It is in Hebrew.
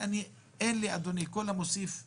אדוני, כל המוסיף גורע.